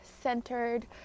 centered